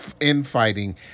infighting